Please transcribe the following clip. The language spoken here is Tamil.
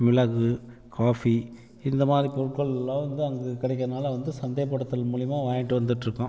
மிளகு காஃபி இந்தமாதிரி பொருட்கள்லாம் வந்து அங்கே கிடக்கிறனால வந்து சந்தைப்படுத்தல் மூலிமா வாங்கிட்டு வந்துட்டுருக்கோம்